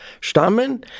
stammen